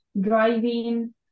driving